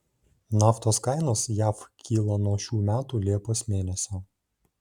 naftos kainos jav kyla nuo šių metų liepos mėnesio